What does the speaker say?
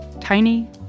Tiny